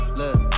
look